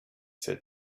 said